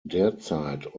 derzeit